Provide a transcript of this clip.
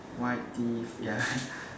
white teeth ya